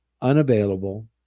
unavailable